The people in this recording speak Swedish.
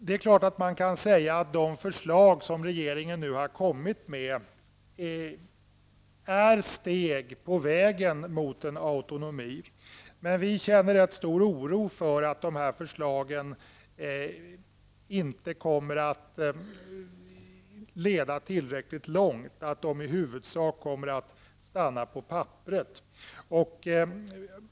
Det är klart att man kan säga att de förslag som regeringen nu har kommit med är steg på vägen mot en autonomi. Vi känner dock en stor oro för att dessa förslag inte kommer att leda tillräckligt långt och att de i huvudsak kommer att stanna på pappret.